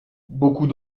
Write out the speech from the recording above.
beaucoup